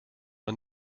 man